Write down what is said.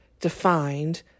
defined